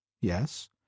yes